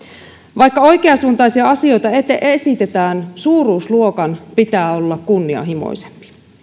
vaikka oikeansuuntaisia asioita esitetään suuruusluokan pitää olla kunnianhimoisempi